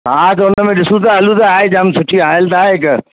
हा त हुनमें ॾिसूं था हलूं था आहे जाम सुठी आयल त आहे हिकु